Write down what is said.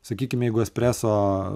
sakykim jeigu espreso